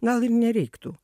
gal ir nereiktų